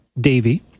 Davy